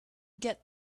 get